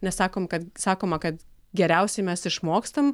nes sakom kad sakoma kad geriausiai mes išmokstam